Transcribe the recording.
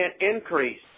increase